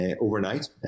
overnight